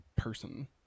person